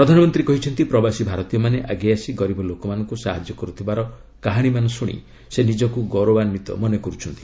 ପ୍ରଧାନମନ୍ତ୍ରୀ କହିଛନ୍ତି ପ୍ରବାସୀ ଭାରତୀୟମାନେ ଆଗେଇ ଆସି ଗରିବ ଲୋକମାନଙ୍କୁ ସାହାଯ୍ୟ କରୁଥିବାର କାହାଣୀମାନ ଶୁଣି ସେ ନିଜକୁ ଗୌରବାନ୍ୱିତ ମନେ କରୁଛନ୍ତି